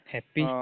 Happy